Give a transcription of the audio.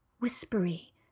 Whispery